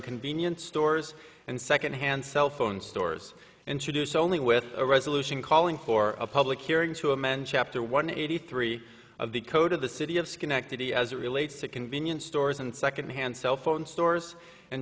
convenience stores and second hand cellphone stores introduce only with a resolution calling for a public hearing to amend chapter one eighty three of the code of the city of schenectady as it relates to convenience stores and second hand cell phone stores and